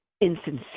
insincere